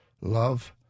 Love